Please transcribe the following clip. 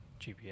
GPS